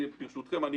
וברשותכם,